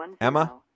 Emma